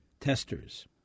testers